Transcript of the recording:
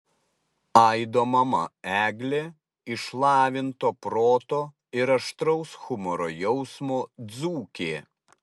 aido mama eglė išlavinto proto ir aštraus humoro jausmo dzūkė